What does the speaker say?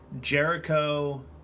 jericho